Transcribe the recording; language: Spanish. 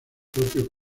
propio